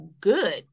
good